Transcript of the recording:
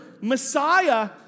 Messiah